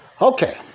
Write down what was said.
Okay